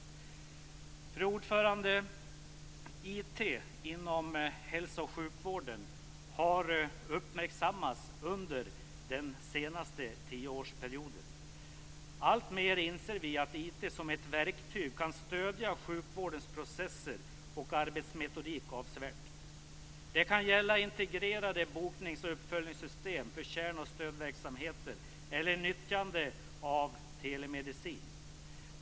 Fru talman! IT inom hälso och sjukvården har uppmärksammats under den senaste tioårsperioden. Alltmer inser vi att IT som ett verktyg kan stödja sjukvårdens processer och arbetsmetodik avsevärt. Det kan gälla integrerade boknings och uppföljningssystem för kärn och stödverksamheter eller nyttjande av telemedicin.